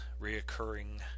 reoccurring